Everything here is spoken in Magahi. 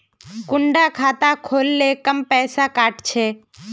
कुंडा खाता खोल ले कम पैसा काट छे?